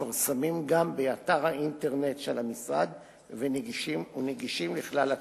מפורסמים גם באתר האינטרנט של המשרד ונגישים לכלל הציבור.